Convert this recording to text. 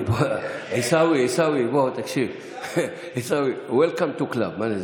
עיסאווי, תקשיב, Welcome to the club.